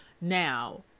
Now